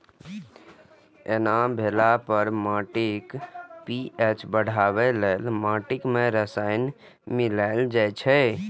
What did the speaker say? एना भेला पर माटिक पी.एच बढ़ेबा लेल माटि मे रसायन मिलाएल जाइ छै